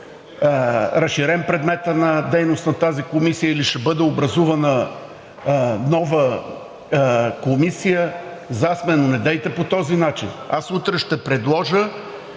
разширен предметът на дейност на тази комисия, или ще бъде образувана нова комисия, за сме, но недейте по този начин. Аз утре ще предложа